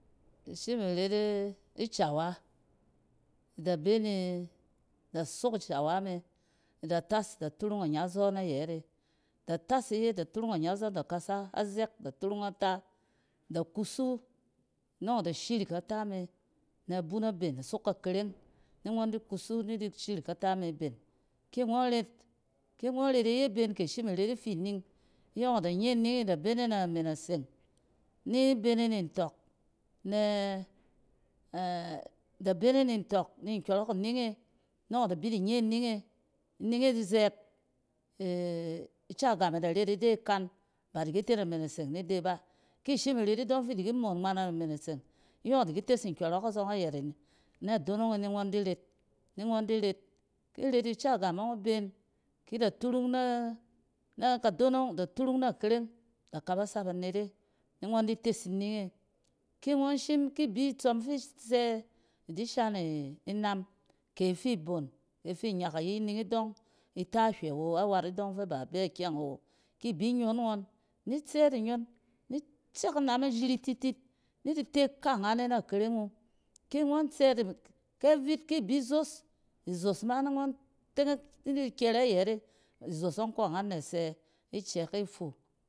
Ishim iret icawa, ida bene da sok icawa me, ida tas ida turung anyazↄn na yet me, ida tas ida turung anyazↄn da kasa a zɛk da turung ata da kusu nↄng ida shirik ata me nɛ bun naben. Isok ka kareng ni ngↄn di kusu ni di shirik afa me ben. kingↄn ret, ki ngↄn ret iye iben ki ishim iret ifi ning, iyↄng ida nye ninge ida bene nɛ name na seng ni bene ni ntↄk nɛ da bene ni ntↄk ni nkyↄrↄk ininge nↄng ida bi di nye ning e, ining e zɛɛt ica game da ret ide ikan, bada kit e name na seng ni de ba. Ki shim iret idↄng fi di ki moon ngma nana me na seng, iyↄng idi ki tes nkyↄrↄk azↄng ayet an-a donong e ni ngↄn di ret, ni ngↄn di ret. Ki iret ica gam ↄng iben, ki da turung na-na ka donong, da turung na kereng da kabasa banet e ni ngↄndi tes ining e. ki ngↄn shim ki bi tsↄm fi isɛ idi shan inam ice ifi bon ke ifi inyak ayi, ining idↄng ita hywɛ awo, awat idↄng fɛ ba ibɛ kyɛng awo. Kibi inyan ngↄn ni tsɛɛt inyↄn ni tsɛk inam e jiri titit ni di te kaagan e na kereng wu. Ki ngↄn tsɛt ab-ke vit ki bi izoos, izos ma ni ngↄn tengek ni di kyɛrɛ ayɛt e. Izos ↄng, ka’angan da sɛ icɛk e fu.